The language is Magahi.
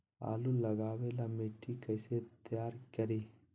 आलु लगावे ला मिट्टी कैसे तैयार करी?